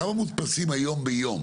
מודפסים היום ביום?